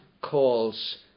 calls